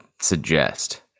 suggest